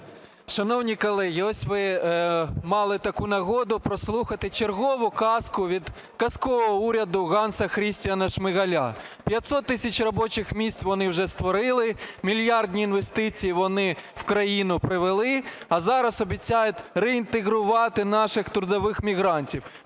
Шановні колеги, ось ви мали таку нагоду прослухати чергову казку від казкового уряду "Ганса Крістіана Шмигаля". 500 тисяч робочих місць вони вже створили, мільярдні інвестиції вони в країну привели, а зараз обіцяють реінтегрувати наших трудових мігрантів.